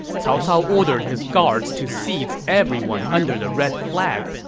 cao cao ordered his guards to seize everyone under the red flag.